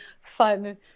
fun